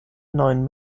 neuen